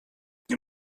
nie